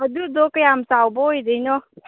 ꯑꯗꯨꯗꯣ ꯀꯌꯥꯝ ꯆꯥꯎꯕ ꯑꯣꯏꯗꯣꯏꯅꯣ